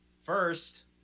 first